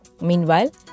Meanwhile